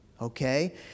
Okay